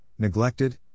Neglected